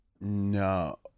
No